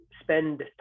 spend